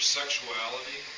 sexuality